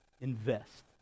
invest